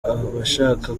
abashaka